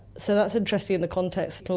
so that's interesting in the context.